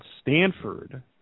Stanford